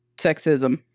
sexism